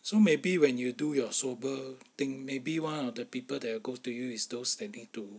so maybe when you do your swabber thing maybe one of the people that will go to you is those that need to